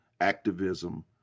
activism